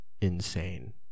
insane